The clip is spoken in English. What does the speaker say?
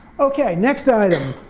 ok. next item.